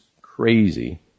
crazy